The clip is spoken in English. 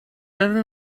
every